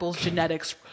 genetics